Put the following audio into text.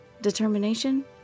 Determination